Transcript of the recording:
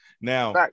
Now